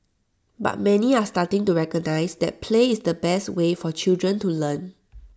but many are starting to recognise that play is the best way for children to learn